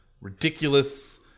ridiculous